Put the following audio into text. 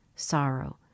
sorrow